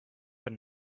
but